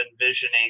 envisioning